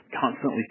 constantly